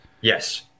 Yes